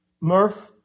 Murph